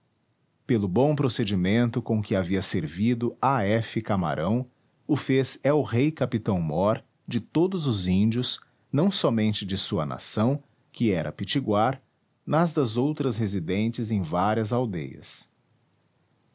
pelo bom procedimento com que havia servido a f camarão o fez el-rei capitão mor de todos os índios não somente de sua nação que era pitiguar nas das outras residentes em várias aldeias